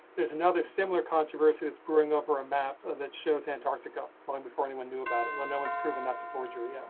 there's another similar controversy. that's brewing over a map of it shows antarctica, long before anyone knew about it. and no, no one's proven. that's a forgery. yeah